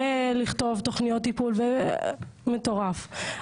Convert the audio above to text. ולכתוב תוכניות טיפול, מטורף.